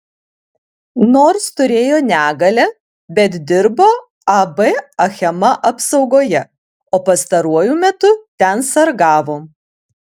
nors turėjo negalią bet dirbo ab achema apsaugoje o pastaruoju metu ten sargavo